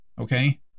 Okay